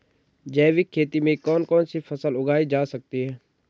जैविक खेती में कौन कौन सी फसल उगाई जा सकती है?